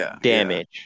damage